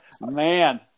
Man